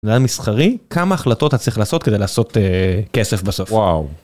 לנהל מסחרי כמה החלטות אתה צריך לעשות כדי לעשות כסף בסוף. וואו.